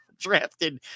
drafted